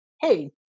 hey